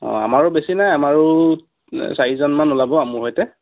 অঁ আমাৰো বেছি নাই আমাৰো চাৰিজনমান ওলাব মোৰ সৈতে